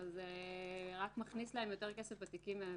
אלא זה רק מכניס להם יותר כסף בתיקים האלה,